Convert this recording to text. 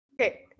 okay